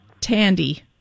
Tandy